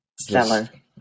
stellar